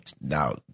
now